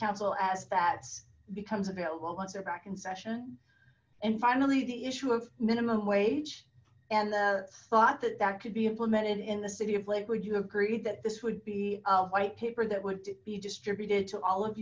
council as fats becomes available once they're back in session and finally the issue of minimum wage and the thought that that could be implemented in the city of lakewood you agreed that this would be a white paper that would be distributed to all of